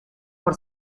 por